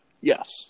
Yes